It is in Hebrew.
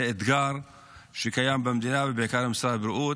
זה אתגר שקיים במדינה ובעיקר במשרד הבריאות,